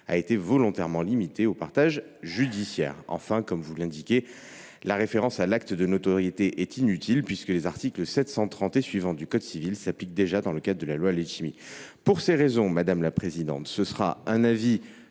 a été volontairement limité au partage judiciaire. Enfin, comme M. Fouassin l’a relevé, la référence à l’acte de notoriété est inutile, puisque les articles 730 et suivants du code civil s’appliquent déjà dans le cadre de la loi Letchimy. Pour ces raisons, le Gouvernement émet un avis